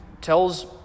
tells